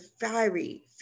fiery